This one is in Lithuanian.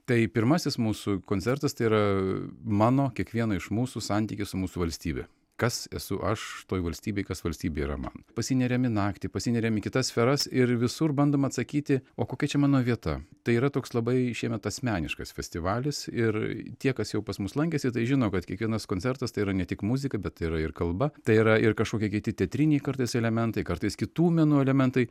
tai pirmasis mūsų koncertas tai yra mano kiekvieno iš mūsų santykis su mūsų valstybe kas esu aš toj valstybėj kas valstybė yra man pasineriam į naktį pasineriam į kitas sferas ir visur bandom atsakyti o kokia čia mano vieta tai yra toks labai šiemet asmeniškas festivalis ir tie kas jau pas mus lankėsi tai žino kad kiekvienas koncertas tai yra ne tik muzika bet yra ir kalba tai yra ir kažkokie kiti teatriniai kartais elementai kartais kitų menų elementai